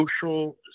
social